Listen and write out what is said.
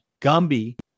Gumby